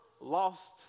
lost